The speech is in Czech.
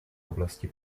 oblasti